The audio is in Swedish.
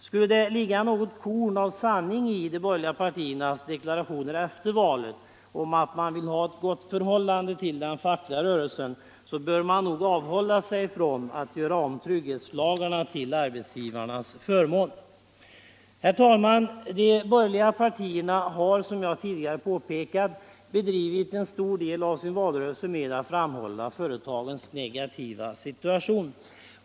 Skulle det ligga något korn av sanning i de borgerliga partiernas deklarationer efter valet om att man vill ha ett gott förhållande till den fackliga rörelsen, så bör man nog avhålla sig från att göra om trygghetslagarna till arbetsgivarnas förmån. Herr talman! De borgerliga partierna har, som jag tidigare påpekat, bedrivit hela sin valrörelse med att framhålla företagens negativa situation.